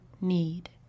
need